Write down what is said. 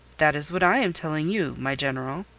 that is what i am telling you, my general.